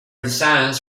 designs